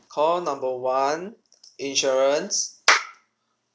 call number one insurance